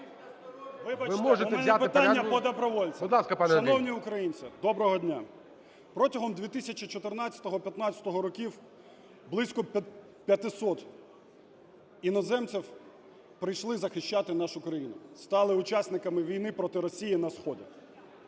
Вибачте, у мене питання по добровольцям. Шановні українці, доброго дня! Протягом 2014-2015 років близько 500 іноземців прийшли захищати нашу країну, стали учасниками війни проти Росії на сході.